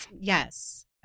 Yes